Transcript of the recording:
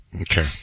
Okay